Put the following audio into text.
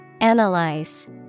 Analyze